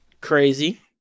crazy